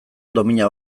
domina